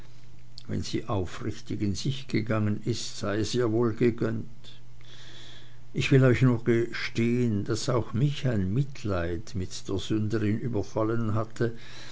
wenn sie aufrichtig in sich gegangen ist sei es ihr wohl gegönnt ich will euch nur gestehen daß auch mich ein mitleid mit der sünderin überfallen hatte